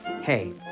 Hey